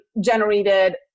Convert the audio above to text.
generated